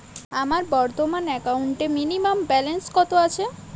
আমার বর্তমান একাউন্টে মিনিমাম ব্যালেন্স কত আছে?